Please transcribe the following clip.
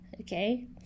Okay